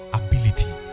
ability